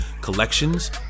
Collections